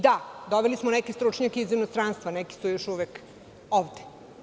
Da, doveli smo neke stručnjake iz inostranstva, neki su još uvek ovde.